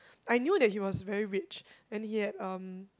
I knew that he was very rich and he had um